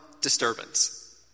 disturbance